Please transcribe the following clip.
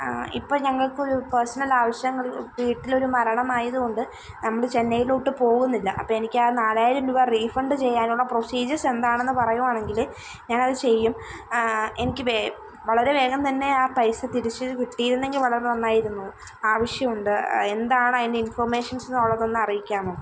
ഇപ്പം ഞങ്ങൾക്ക് ഒരു പേഴ്സണൽ ആവശ്യം വീട്ടിൽ ഒരു മരണം ആയതു കൊണ്ട് നമ്മൾ ചെന്നൈയിലോട്ടു പോകുന്നില്ല അപ്പോൾ എനിക്ക് ആ നാലായിരം രൂപ റീഫണ്ട് ചെയ്യാനുള്ള പ്രൊസീജേഴ്സ് എന്താണെന്നു പറയുകയാണെങ്കിൽ ഞാൻ അതു ചെയ്യും എനിക്ക് വേ വളരെ വേഗം തന്നെ ആ പൈസ തിരിച്ചു കിട്ടിയിരുന്നെങ്കിൽ വളരെ നന്നായിരുന്നു ആവശ്യമുണ്ട് എന്താണ് അതിൻ്റെ ഇൻഫോർമേഷൻസ് എന്നുള്ളത് ഒന്നു അറിയിക്കാമോ